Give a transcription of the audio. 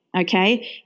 okay